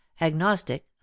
agnostic